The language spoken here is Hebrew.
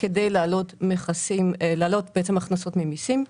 כדי להעלות הכנסות ממיסים.